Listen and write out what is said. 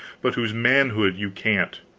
but whose manhood you can't.